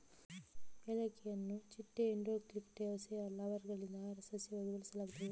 ಏಲಕ್ಕಿಯನ್ನು ಚಿಟ್ಟೆ ಎಂಡೋಕ್ಲಿಟಾ ಹೋಸೆಯ ಲಾರ್ವಾಗಳಿಂದ ಆಹಾರ ಸಸ್ಯವಾಗಿ ಬಳಸಲಾಗುತ್ತದೆ